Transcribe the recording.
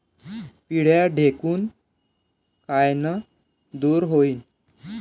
पिढ्या ढेकूण कायनं दूर होईन?